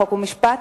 חוק ומשפט,